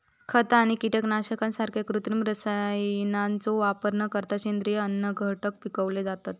खता आणि कीटकनाशकांसारख्या कृत्रिम रसायनांचो वापर न करता सेंद्रिय अन्नघटक पिकवले जातत